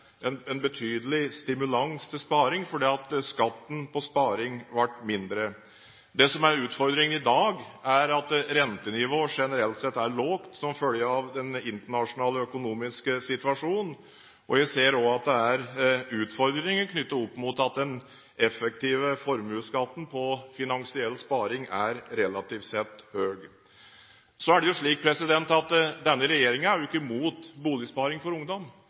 var en betydelig stimulans til sparing fordi skatten på sparing ble mindre. Det som er utfordringen i dag, er at rentenivået generelt sett er lavt som følge av den internasjonale økonomiske situasjonen, og jeg ser også at det er utfordringer knyttet opp mot at den effektive formuesskatten på finansiell sparing er relativt sett høy. Denne regjeringen er ikke imot boligsparing for ungdom.